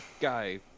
guy